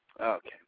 Okay